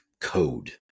code